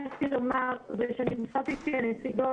שלם --- ואנחנו נותנים דגש מאוד חזק.